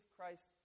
Christ